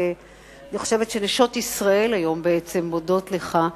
אני חושבת שנשות ישראל היום מודות לך,